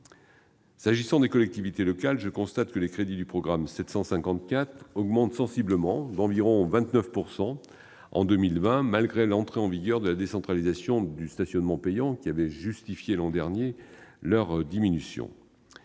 S'agissant des collectivités locales, je constate que les crédits du programme 754 augmentent sensiblement, d'environ 29 %, en 2020, malgré l'entrée en vigueur de la décentralisation du stationnement payant, qui avait justifié, l'an dernier, leur diminution.